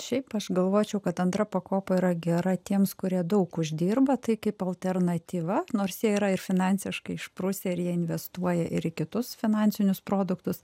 šiaip aš galvočiau kad antra pakopa yra gera tiems kurie daug uždirba tai kaip alternatyva nors jie yra ir finansiškai išprusę ir jie investuoja ir į kitus finansinius produktus